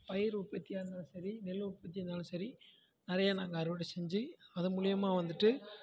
பயிர் உற்பத்தியாக இருந்தாலும் சரி நெல் உற்பத்தியாக இருந்தாலும் சரி அதையும் நாங்கள் அறுவடை செஞ்சு அதன் மூலயமா வந்துட்டு